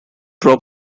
prop